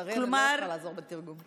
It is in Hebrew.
לצערי אני לא אוכל לעזור בתרגום.